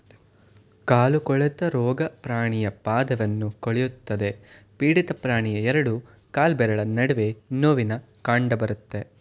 ಕಾಲು ಕೊಳೆತ ರೋಗ ಪ್ರಾಣಿಯ ಪಾದವನ್ನು ಕೊಳೆಯುತ್ತದೆ ಪೀಡಿತ ಪ್ರಾಣಿಯ ಎರಡು ಕಾಲ್ಬೆರಳ ನಡುವೆ ನೋವಿನ ಕಂಡಬರುತ್ತೆ